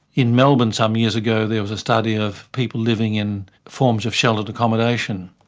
in melbourne some years ago there was a study of people living in forms of sheltered accommodation,